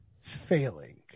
failing